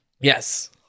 Yes